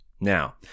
Now